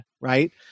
Right